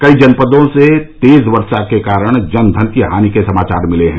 कई जनपदों से तेज वर्षा के कारण जन धन की हानि के समाचार मिले हैं